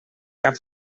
cap